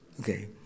okay